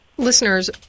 Listeners